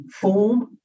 form